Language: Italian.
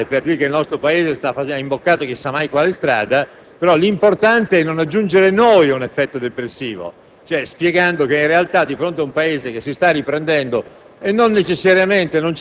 per esultare e per dire che il nostro Paese abbia imboccato chissà mai quale strada, però è importante non aggiungere noi un effetto depressivo, spiegando che in realtà di fronte a un Paese che si sta riprendendo,